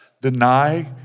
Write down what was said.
deny